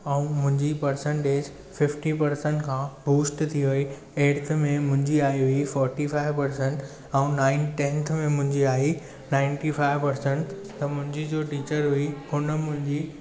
ऐं मुंहिंजी percentage fifty percent खां बूस्ट थी वेई एर्थ में मुंहिंजी आई हुइ फोर्टी फाइफ पर्सेन्ट ऐं नाइंथ टेन्थ में मुंहिंजी आइ नाइन्टी फाइफ पर्सेन्ट त मुंहिंजी जो टीचर हुई हुन मुंहिंजी